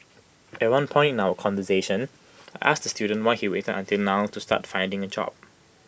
at one point in our conversation I asked the student why he waited until now to start finding A job